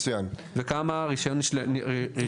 וכמה רישיונות נשללו.